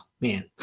man